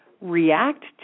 react